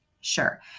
Sure